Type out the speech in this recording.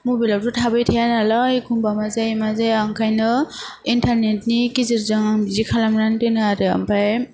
मबेलावथ' थाबाय थाया नालाय एखमबा मा जायो मा जाया ओंखायनो एन्टारनेटनि गेजेरजों आं बिदि खालामनानै दोनो आरो आमफाय